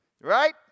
Right